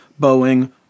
Boeing